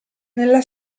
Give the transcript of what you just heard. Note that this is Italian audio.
nella